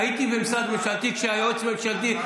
הייתי במשרד ממשלתי כשהייעוץ הממשלתי,